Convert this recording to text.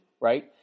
right